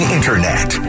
Internet